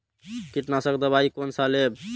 कीट नाशक दवाई कोन सा लेब?